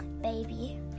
baby